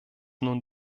nun